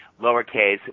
lowercase